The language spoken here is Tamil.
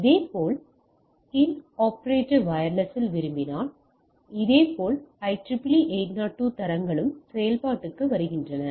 இதேபோல் இன்ட்ராபரேடிவ் வயர்லெஸில் விரும்பினால் இதேபோல் IEEE802 தரங்களும் செயல்பாட்டுக்கு வருகின்றன